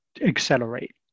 accelerate